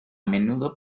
menudo